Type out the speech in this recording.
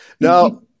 Now